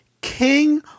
King